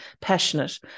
passionate